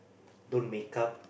don't make up